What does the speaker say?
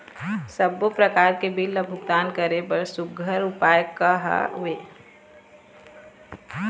सबों प्रकार के बिल ला भुगतान करे बर सुघ्घर उपाय का हा वे?